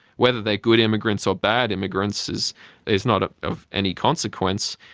whether they're good immigrants or bad immigrants is is not ah of any consequence,